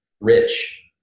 rich